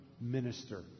minister